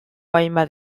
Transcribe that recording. hainbat